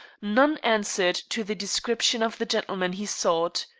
none answered to the description of the gentleman he sought.